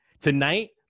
Tonight